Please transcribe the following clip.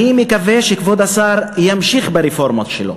אני מקווה שכבוד השר ימשיך ברפורמות שלו.